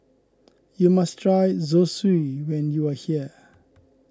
you must try Zosui when you are here